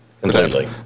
Completely